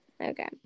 Okay